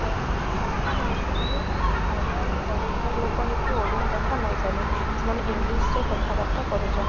କଥା ହେଉଛନ୍ତି ଯେ ଓଡ଼ିଆ ଓଡ଼ିଶା ଲୋକ ହୋଇକି ଓଡ଼ିଆ କଥା ଜାଣି ନାହିଁ ସେମାନେ ଇଂଲିଶରେ କଥାବାର୍ତ୍ତା କରୁଛନ୍ତି